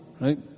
Right